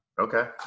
okay